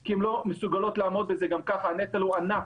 כי הן לא מסוגלות לעמוד בזה, גם ככה הנטל ענק.